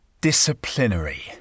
Disciplinary